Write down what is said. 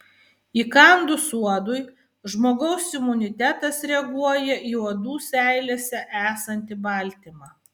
įkandus uodui žmogaus imunitetas reaguoja į uodų seilėse esantį baltymą